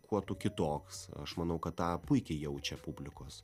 kuo tu kitoks aš manau kad tą puikiai jaučia publikos